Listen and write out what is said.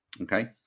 Okay